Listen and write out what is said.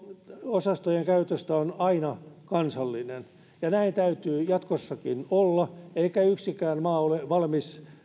osastojen käytöstä on aina kansallinen ja näin täytyy jatkossakin olla eikä yksikään maa ole valmis